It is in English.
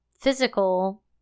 physical